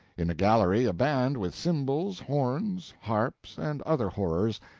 in a gallery a band with cymbals, horns, harps, and other horrors,